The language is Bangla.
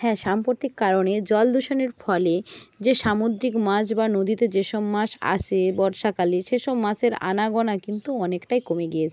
হ্যাঁ সাম্প্রতিক কারণে জল দূষণের ফলে যে সামুদ্রিক মাছ বা নদীতে যেসব মাছ আসে বর্ষাকালে সেসব মাছের আনাগোনা কিন্তু অনেকটাই কমে গিয়েছে